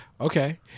Okay